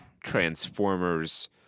Transformers